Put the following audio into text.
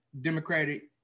Democratic